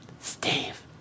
Steve